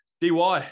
dy